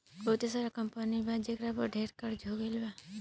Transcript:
बहुते सारा कंपनी बा जेकरा पर ढेर कर्ज हो गइल बा